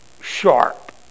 sharp